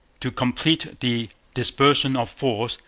to complete the dispersion of force,